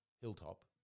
Hilltop